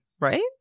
right